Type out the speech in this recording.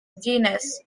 genus